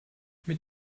mit